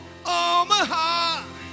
Omaha